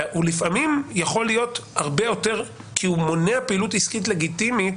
הוא לפעמים יכול להיות הרבה יותר כי הוא מונע פעילות עסקית לגיטימית